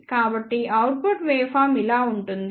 కాబట్టి output wave form ఇలా ఉంటుంది